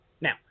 Now